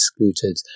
excluded